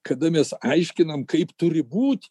kada mes aiškinam kaip turi būti